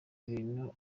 ibintu